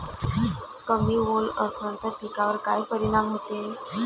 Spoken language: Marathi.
कमी ओल असनं त पिकावर काय परिनाम होते?